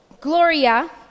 Gloria